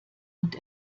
und